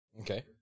Okay